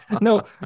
No